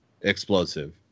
explosive